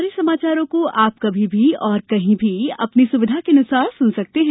हमारे समाचारों को अब आप कभी भी और कहीं भी अपनी सुविधा के अनुसार सुन सकते हैं